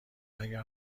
اگر